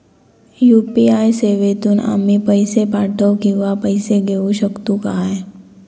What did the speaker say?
UPI सेवेतून आम्ही पैसे पाठव किंवा पैसे घेऊ शकतू काय?